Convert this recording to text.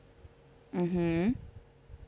mm hmm